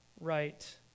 right